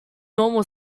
normal